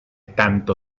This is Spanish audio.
tanto